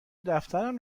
دفترم